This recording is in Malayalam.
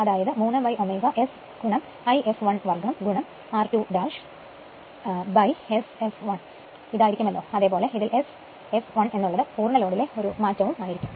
അതായത് 3ω S I fl 2 r2Sfl ആയിരികുമലോ അതുപോലെ അതിൽ Sfl എന്ന് ഉള്ളത് മുഴുവൻ ലോഡിലെ മാറ്റവും ആയിരിക്കും